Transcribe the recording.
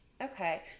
Okay